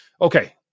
okay